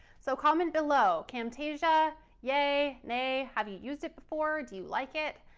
so comment below camtasia yay? nay? have you used it before? do you like it?